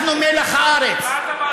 אנחנו מלח הארץ.